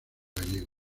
gallego